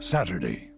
Saturday